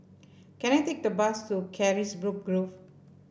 can I take the bus to Carisbrooke Grove